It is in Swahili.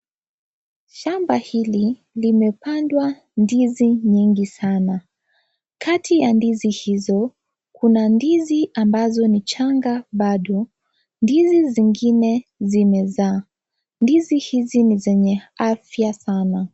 Shamba hili limepandwa ndizi nyingi sana, kati ya ndizi hizo kuna ndizi ambazo ni changa bado ndizi zingine zimeza. Ndizi hizi ni zenye afia sana.